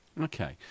Okay